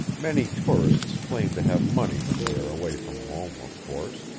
many tourists claim to have money when they are away from home, of course,